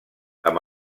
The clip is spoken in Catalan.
amb